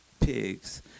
pigs